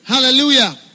hallelujah